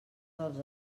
dels